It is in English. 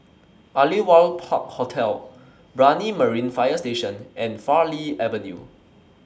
Aliwal Park Hotel Brani Marine Fire Station and Farleigh Avenue